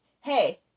hey